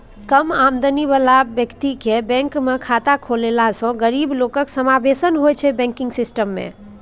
कम आमदनी बला बेकतीकेँ बैंकमे खाता खोलबेलासँ गरीब लोकक समाबेशन होइ छै बैंकिंग सिस्टम मे